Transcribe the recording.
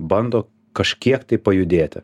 bando kažkiek tai pajudėti